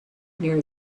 near